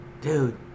dude